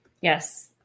Yes